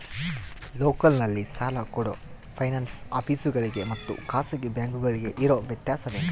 ಲೋಕಲ್ನಲ್ಲಿ ಸಾಲ ಕೊಡೋ ಫೈನಾನ್ಸ್ ಆಫೇಸುಗಳಿಗೆ ಮತ್ತಾ ಖಾಸಗಿ ಬ್ಯಾಂಕುಗಳಿಗೆ ಇರೋ ವ್ಯತ್ಯಾಸವೇನ್ರಿ?